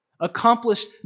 accomplished